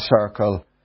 circle